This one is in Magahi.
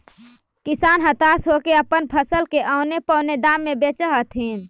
किसान हताश होके अपन फसल के औने पोने दाम में बेचऽ हथिन